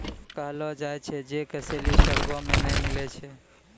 कहलो जाय छै जे कसैली स्वर्गो मे नै मिलै छै